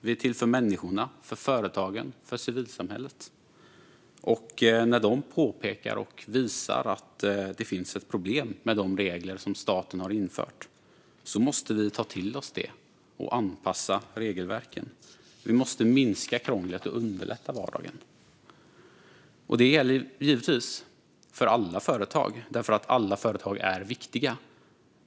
Vi är till för människorna, för företagen och för civilsamhället. Och när de påpekar och visar att det finns ett problem med de regler som staten har infört måste vi ta till oss det och anpassa regelverken. Vi måste minska krånglet och underlätta vardagen. Det gäller givetvis för alla företag, för alla företag är viktiga.